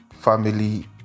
family